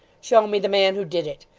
show me the man who did it.